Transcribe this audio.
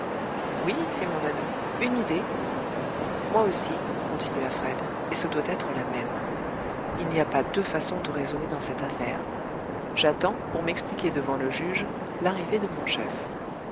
oui fit mon ami une idée moi aussi continua fred et ce doit être la même il n'y a pas deux façons de raisonner dans cette affaire j'attends pour m'expliquer devant le juge l'arrivée de mon chef